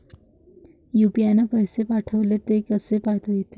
UPI न पैसे पाठवले, ते कसे पायता येते?